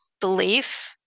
belief